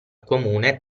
comune